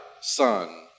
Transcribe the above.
Son